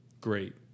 Great